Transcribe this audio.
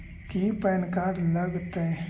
की PAN card लग तै?